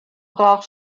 brach